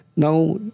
Now